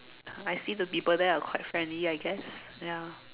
I see the people there are quite friendly I guess ya